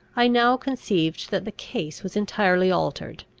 i now conceived that the case was entirely altered.